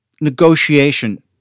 negotiation